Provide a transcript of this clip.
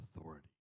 authority